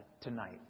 tonight